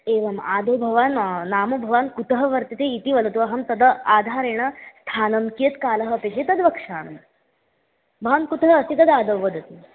एवम् आदौ भवान् नाम भवान् कुतः वर्तते इति वदतु अहं तद् आधारेण स्थानं कियत्कालः अपेक्षते तद् वक्ष्यामि भवान् कुतः अस्ति तद् आदौ वदतु